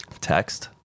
Text